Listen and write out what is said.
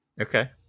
Okay